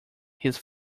his